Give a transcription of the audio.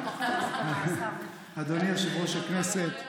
אדוני יושב-ראש הכנסת,